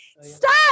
stop